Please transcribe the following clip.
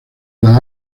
las